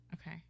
Okay